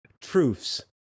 Truths